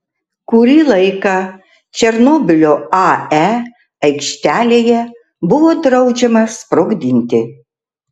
kurį laiką černobylio ae aikštelėje buvo draudžiama sprogdinti